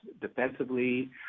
defensively